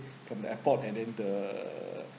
from the airport and in the